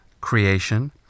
creation